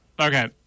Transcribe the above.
Okay